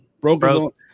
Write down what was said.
Broke